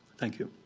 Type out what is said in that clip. thank you.